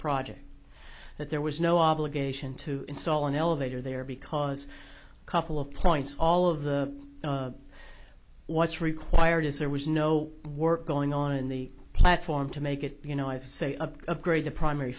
project that there was no obligation to install an elevator there because a couple of points all of the what's required is there was no work going on in the platform to make it you know i have to say upgrade the primary